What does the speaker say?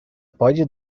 pode